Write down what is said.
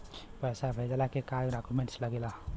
पैसा भेजला के का डॉक्यूमेंट लागेला?